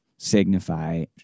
signify